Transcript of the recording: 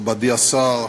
מכובדי השר,